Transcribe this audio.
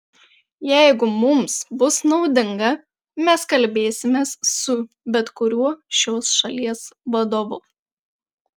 jeigu mums bus naudinga mes kalbėsimės su bet kuriuo šios šalies vadovu